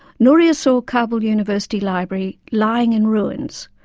nouria saw kabul university library lying in ruins,